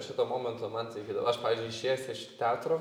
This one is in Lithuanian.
šituo momentu man sakykit aš pavyzdžiui išėjęs iš teatro